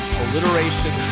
alliteration